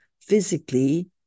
physically